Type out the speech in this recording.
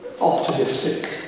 optimistic